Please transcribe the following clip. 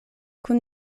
kun